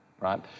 right